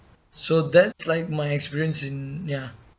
so that's like my experience in ya